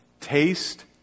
taste